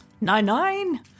Nine-Nine